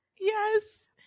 Yes